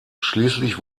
schließlich